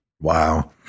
wow